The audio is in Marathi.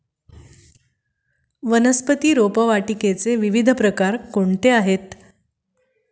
वनस्पती रोपवाटिकेचे विविध प्रकार कोणते आहेत?